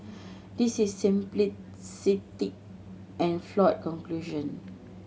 this is simplistic and flawed conclusion